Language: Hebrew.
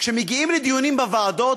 כשמגיעים לדיונים בוועדות,